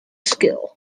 skill